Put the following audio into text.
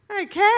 Okay